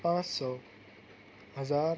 پانچ سو ہزار